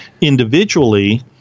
Individually